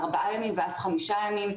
ארבעה ימים ואף חמישה ימים.